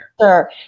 Sure